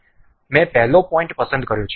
મેં પહેલો પોઇન્ટ પસંદ કર્યો છે